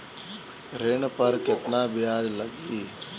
ऋण पर केतना ब्याज लगी?